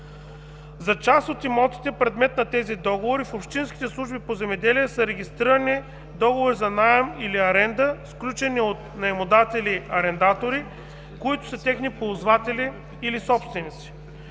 За част от имотите – предмет на тези договори, в общинските служби по земеделие са регистрирани договори за наем или аренда, сключени от наемодатели-арендатори, които са техни ползватели или собственици.